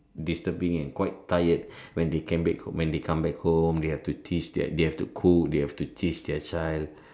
disturbing and quite tired when they come back when they come back home they have to teach their they have to cook they have to teach their child